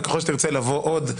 וככל שתרצה לבוא עוד,